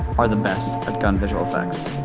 are the best at gun visual effects.